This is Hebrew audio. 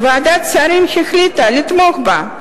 וועדת השרים החליטה לתמוך בה.